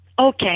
Okay